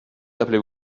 appelez